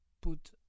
put